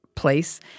place